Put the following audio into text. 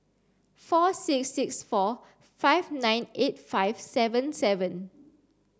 four six six four five nine eight five seven seven